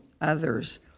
others